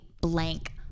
blank